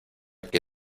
que